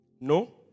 No